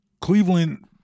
Cleveland